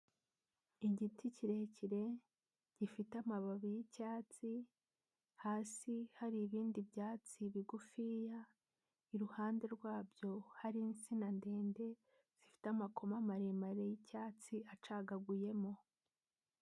Igiti kirekire gifite amababi y'icyatsi hasi hari ibindi byatsi bigufiya, iruhande rwabyo hari insina ndende zifite amakoma maremare y'icyatsi acagaguyemo.